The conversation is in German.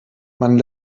man